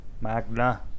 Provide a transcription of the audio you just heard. magna